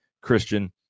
Christian